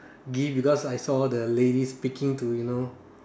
the gift because I saw the lady speaking to you know